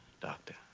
Doctor